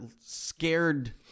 scared